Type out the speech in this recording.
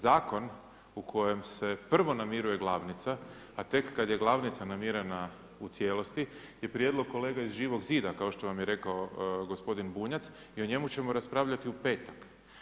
Zakon u kojem se prvo namiruje glavnica a tek kad je glavnica namirena u cijelosti jer prijedlog kolega iz Živog zida kao što vam je rekao gospodin Bunjac i o njemu ćemo raspravljati u petak.